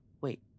Wait